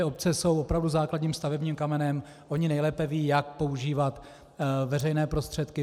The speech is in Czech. Obce jsou opravdu základním stavebním kamenem, ony nejlépe vědí, jak používat veřejné prostředky.